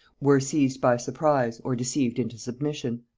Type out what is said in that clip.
were seized by surprise, or deceived into submission.